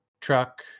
truck